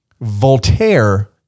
Voltaire